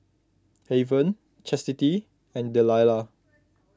Haven Chasity and Delilah